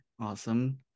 Awesome